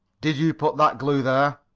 did you put that glue there?